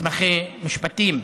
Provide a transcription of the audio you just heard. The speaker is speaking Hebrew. מתמחי משפטים,